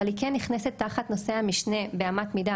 אבל היא כן נכנסת תחת נושא המשנה באמת מידה